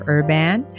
Urban